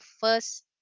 first